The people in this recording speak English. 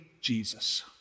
Jesus